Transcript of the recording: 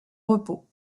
repos